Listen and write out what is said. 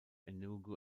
enugu